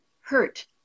hurt